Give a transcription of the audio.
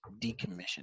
decommissioned